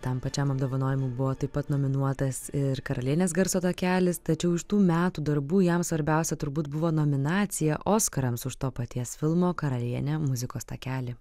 tam pačiam apdovanojimui buvo taip pat nominuotas ir karalienės garso takelis tačiau iš tų metų darbų jam svarbiausia turbūt buvo nominacija oskarams už to paties filmo karalienė muzikos takelį